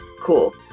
Cool